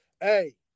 Hey